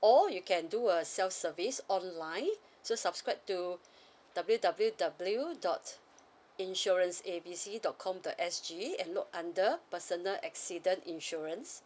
or you can do a self service online so subscribe to W W W dot insurance A B C dot com dot S_G and look under personal accident insurance